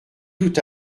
tout